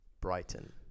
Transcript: Brighton